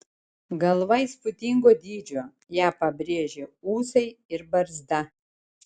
galva įspūdingo dydžio ją pabrėžia ūsai ir barzda